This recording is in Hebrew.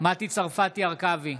מטי צרפתי הרכבי,